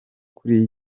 kuri